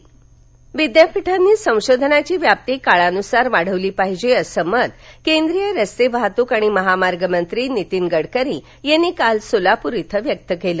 गडकरी सोलापर विद्यापीठांनी संधोशनाची व्याप्ती काळानुसार वाढवली पाहिजे असं मत केंद्रीय रस्ते वाहतूक आणि महामार्ग मंत्री नीतीन गडकरी यांनी काल सोलापूर इथं व्यक्त केलं